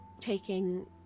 taking